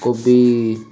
କୋବି